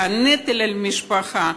והנטל על המשפחה,